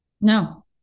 no